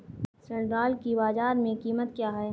सिल्ड्राल की बाजार में कीमत क्या है?